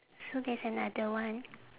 so that's another one